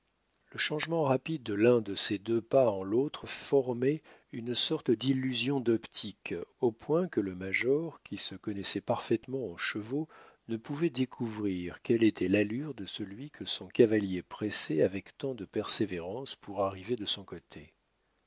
le changement rapide de l'un de ces deux pas en l'autre formait une sorte d'illusion d'optique au point que le major qui se connaissait parfaitement en chevaux ne pouvait découvrir quelle était l'allure de celui que son cavalier pressait avec tant de persévérance pour arriver de son côté